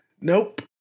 Nope